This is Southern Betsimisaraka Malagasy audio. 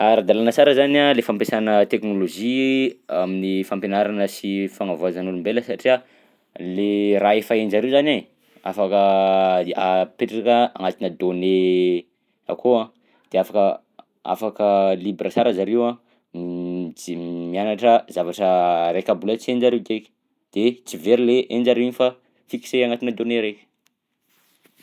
Ara-dalàna sara zany a le fampisana teknôlôjia amin'ny fampianarana sy fanavaozan'ny olombelona satria le raha efa hain-jareo zany e afaka i- apetraka agnatinà donnée akao de afaka afaka libra sara zareo mij- mianatra zavatra araika mbola hain-jareo kaiky de tsy very le hain-jareo iny fa fixé agnatinà donnée raika.